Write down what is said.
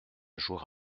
jour